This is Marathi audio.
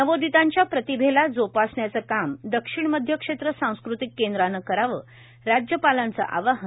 नवोदितांच्या प्रतिभेला जोपासण्याच काम दक्षिण मध्य क्षेत्र सांस्कृतिक केंद्रान कराव राज्यपालांच आवाहन